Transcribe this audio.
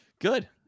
Good